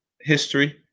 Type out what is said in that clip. history